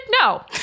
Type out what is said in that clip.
No